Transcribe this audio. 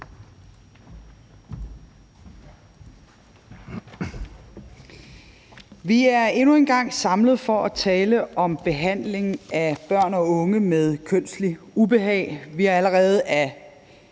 Vi er endnu en gang samlet for at tale om behandlingen af børn og unge med kønsligt ubehag. Vi har allerede ad